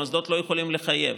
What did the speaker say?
והמוסדות לא יכולים לחייב.